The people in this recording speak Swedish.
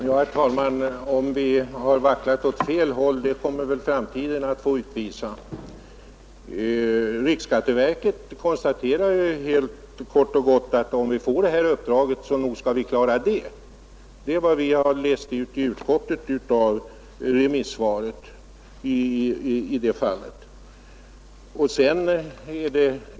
Herr talman! Om vi har vacklat åt fel håll, det kommer väl framtiden att få utvisa. Riksskatteverket konstaterar ju helt kort och gott att om man får det här uppdraget så nog skall man klara det. Det är det besked vi läst ut av remissvaret.